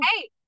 Hey